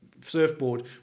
surfboard